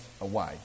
away